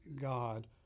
God